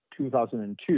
2002